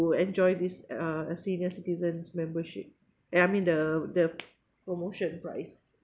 to enjoy this uh senior citizens membership eh I mean the the promotion price